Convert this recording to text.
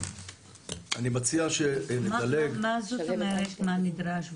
אני מציע שנדלג --- מה זאת אומרת מה נדרש?